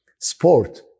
sport